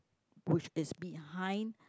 bush is behind